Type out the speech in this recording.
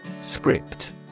Script